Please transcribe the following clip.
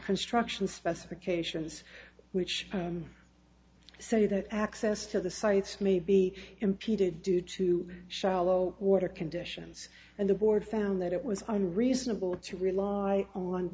construction specifications which so you that access to the sites may be impeded due to shallow water conditions and the board found that it was unreasonable to rely on